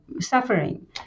suffering